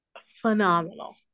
phenomenal